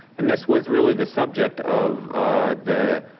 and this was really the subject of the.